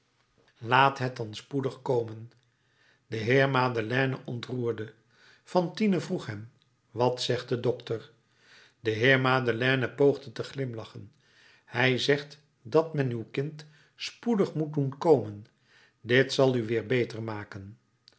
laat het dan spoedig komen de heer madeleine ontroerde fantine vroeg hem wat zegt de dokter de heer madeleine poogde te glimlachen hij zegt dat men uw kind spoedig moet doen komen dit zal u weer beter maken